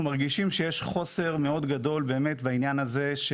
אנחנו מרגישים שיש חוסר מאוד גדול באמת בעניין הזה.